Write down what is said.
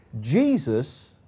Jesus